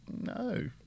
no